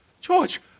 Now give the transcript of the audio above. George